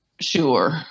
sure